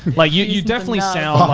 but you you definitely sound.